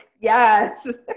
Yes